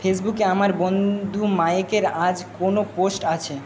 ফেসবুকে আমার বন্ধু মাইকের আজ কোনো পোস্ট আছে